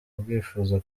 bwifuza